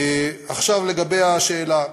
לגבי השאלה,